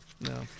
No